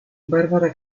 barbara